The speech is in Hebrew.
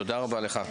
תודה רבה לך.